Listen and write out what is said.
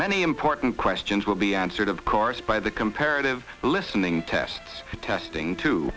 many important questions will be answered of course by the comparative listening tests testing t